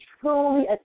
truly